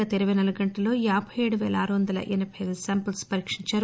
గత ఇరవై నాలుగు గంటల్లో యాబై ఏడు పేల ఆరువందల ఎనబై దు సాంపిల్స్ పరీక్షించారు